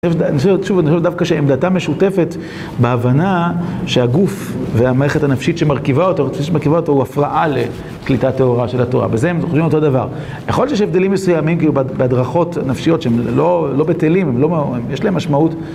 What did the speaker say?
אני רוצה לראות, שוב, אני רוצה לראות דווקא שעמדתה משותפת בהבנה שהגוף והמערכת הנפשית שמרכיבה אותו הוא הפרעה לקליטת טהורה של התורה. בזה הם חושבים אותו דבר. יכול להיות שיש הבדלים מסוימים בהדרכות נפשיות שהם לא בטלים, יש להם משמעות.